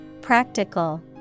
Practical